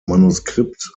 manuskript